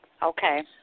Okay